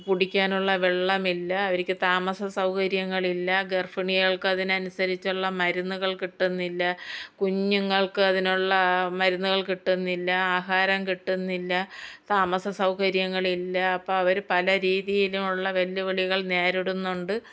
കുടിക്കാനുള്ള വെള്ളമില്ല അവർക്ക് താമസ സൗകര്യങ്ങളില്ല ഗർഭിണികൾക്കതനുസരിച്ചുള്ള മരുന്നുകൾ കിട്ടുന്നില്ല കുഞ്ഞുങ്ങൾക്ക് അതിനുള്ള മരുന്നുകൾ കിട്ടുന്നില്ല ആഹാരം കിട്ടുന്നില്ല താമസസൗകര്യങ്ങളില്ല അപ്പം അവർ പല രീതിയിലും ഉള്ള വെല്ലുവിളികൾ നേരിടുന്നുണ്ട്